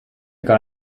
gar